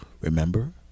Remember